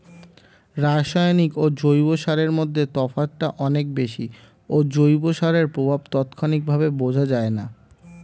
রাসায়নিক ও জৈব সারের মধ্যে তফাৎটা অনেক বেশি ও জৈব সারের প্রভাব তাৎক্ষণিকভাবে বোঝা যায়না